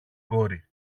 κόρη